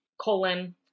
colon